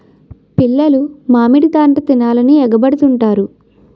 పిల్లలు మామిడి తాండ్ర తినాలని ఎగబడుతుంటారు